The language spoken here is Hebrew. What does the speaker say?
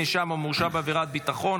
נאשם או מורשע בעבירת ביטחון,